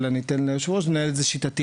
אבל ניתן ליושב הראש לנהל את זה באופן שיטתי.